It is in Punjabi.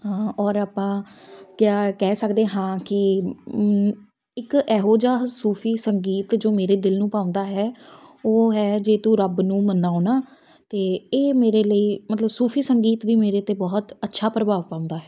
ਹਾਂ ਔਰ ਆਪਾਂ ਕਿਆ ਕਹਿ ਸਕਦੇ ਹਾਂ ਕਿ ਇੱਕ ਇਹੋ ਜਿਹਾ ਸੂਫ਼ੀ ਸੰਗੀਤ ਜੋ ਮੇਰੇ ਦਿਲ ਨੂੰ ਭਾਉਂਦਾ ਹੈ ਉਹ ਹੈ ਜੇ ਤੂੰ ਰੱਬ ਨੂੰ ਮਨਾਉਣਾ ਅਤੇ ਇਹ ਮੇਰੇ ਲਈ ਮਤਲਬ ਸੂਫ਼ੀ ਸੰਗੀਤ ਵੀ ਮੇਰੇ 'ਤੇ ਬਹੁਤ ਅੱਛਾ ਪ੍ਰਭਾਵ ਪਾਉਂਦਾ ਹੈ